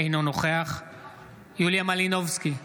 אינו נוכח יוליה מלינובסקי,